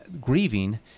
grieving